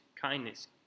kindness